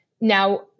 Now